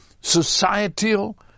societal